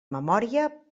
memòria